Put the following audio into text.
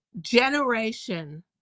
generation